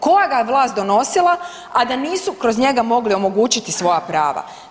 Koja ga je vlast donosila a da nisu kroz njega mogli omogućiti svoja prava.